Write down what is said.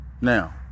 Now